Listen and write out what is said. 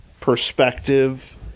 perspective